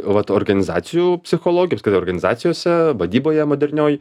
vat organizacijų psichologijos kad organizacijose vadyboje modernioj